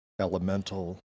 elemental